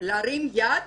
להרים יד?